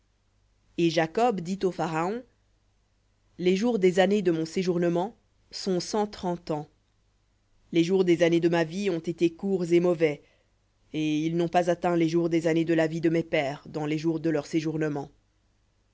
et jacob dit au pharaon les jours des années de mon séjournement sont cent trente ans les jours des années de ma vie ont été courts et mauvais et ils n'ont pas atteint les jours des années de la vie de mes pères dans les jours de leur séjournement